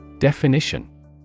Definition